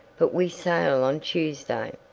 but we sail on tuesday.